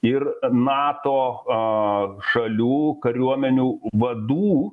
ir nato šalių kariuomenių vadų